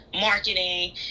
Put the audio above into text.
marketing